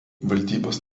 valdybos